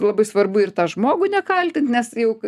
labai svarbu ir tą žmogų nekaltint nes juk